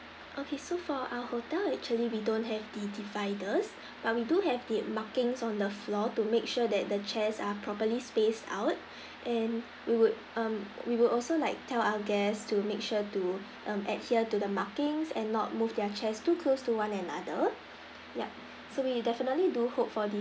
okay so for our hotel actually we don't have the dividers but we do have the markings on the floor to make sure that the chairs are probably space out and we would um we would also like tell our guest to make sure to um adhere to the markings and not move their chairs to close to one another yup so we definitely do hope for the